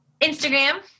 Instagram